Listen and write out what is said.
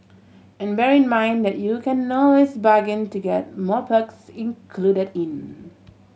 and bear in mind that you can always bargain to get more perks included in